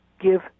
give